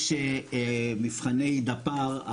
יש מבחני דפ"ר,